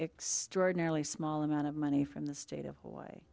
extraordinary small amount of money from the state of hawaii